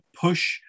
push